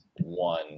one